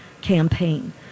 campaign